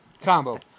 combo